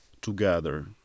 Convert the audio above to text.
together